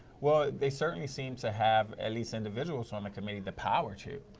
well they certainly seem to have, at least individuals on the committee, the power to.